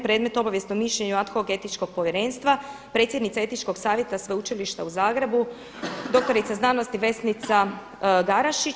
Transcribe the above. Predmet: Obavijest o mišljenju ad hoc Etičkog povjerenstva, predsjednica Etičkog savjeta Sveučilišta u Zagrebu doktorica znanosti Vesnica Garašić.